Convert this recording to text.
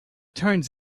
turns